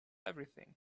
everything